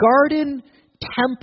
garden-temple